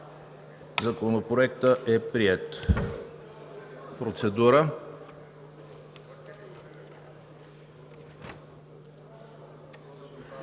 Законопроектът е приет. Процедура.